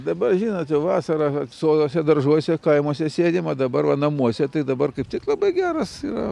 dabar žinot jau vasarą soduose daržuose kaimuose sėdim o dabar va namuose tai dabar kaip tik labai geras yra